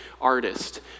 artist